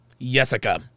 Jessica